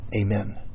Amen